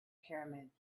pyramids